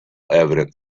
evident